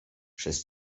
przez